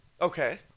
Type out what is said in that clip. Okay